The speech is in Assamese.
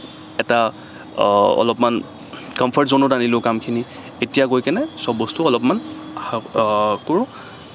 এটা অলপমান কমফৰ্ট জ'নত আনিলোঁ কামখিনি এতিয়া গৈকেনে চব বস্তু অলপমান কৰোঁ